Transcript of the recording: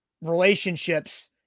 relationships